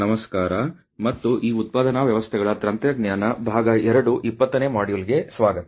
ನಮಸ್ಕಾರ ಮತ್ತು ಈ ಉತ್ಪಾದನಾ ವ್ಯವಸ್ಥೆಗಳ ತಂತ್ರಜ್ಞಾನ ಭಾಗ 2 20 ನೇ ಮಾಡ್ಯೂಲ್ಗೆ ಸ್ವಾಗತ